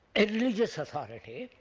a religious authority,